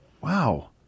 wow